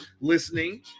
listening